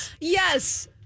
Yes